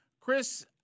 Chris